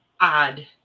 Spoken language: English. odd